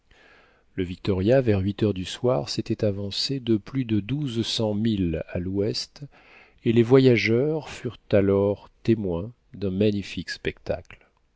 le victoria vers huit heures du soir s'était avancé de plus de doux cents milles à l'ouest et les voyageurs furent alors témoins d'un magnifique spectacle